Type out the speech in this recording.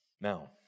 Now